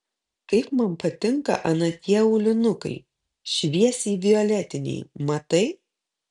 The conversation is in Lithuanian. kaip man patinka ana tie aulinukai šviesiai violetiniai matai